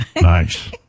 Nice